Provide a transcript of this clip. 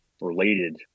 related